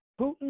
Putin